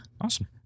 Awesome